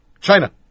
China